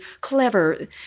clever